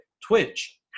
Twitch